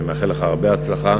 אני מאחל לך הרבה הצלחה,